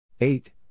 eight